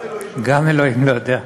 גם אלוהים לא יודע.